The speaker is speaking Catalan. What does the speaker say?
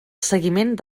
seguiment